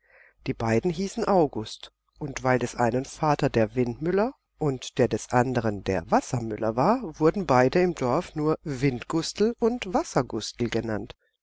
die beiden hießen august und weil des einen vater der windmüller und der des andern der wassermüller war wurden beide im dorf nur windgustel und wassergustel genannt